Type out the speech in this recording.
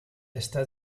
está